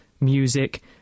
music